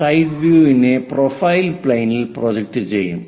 side view ഇനെ profile പ്ലെയിനിൽ project ചെയ്യും